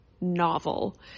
novel